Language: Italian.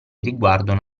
riguardano